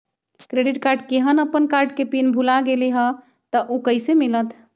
Credit card केहन अपन card के पिन भुला गेलि ह त उ कईसे मिलत?